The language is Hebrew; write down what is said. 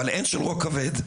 הן של רוק כבד,